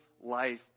life